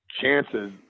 chances